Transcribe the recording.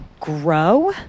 grow